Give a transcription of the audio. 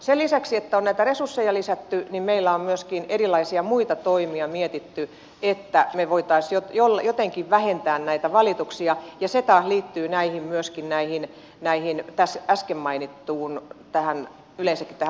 sen lisäksi että on näitä resursseja lisätty meillä on myöskin erilaisia muita toimia mietitty että me voisimme jotenkin vähentää näitä valituksia ja se taas liittyy myös yleensäkin tähän äsken mainittuun vakuutuslääkärikysymykseen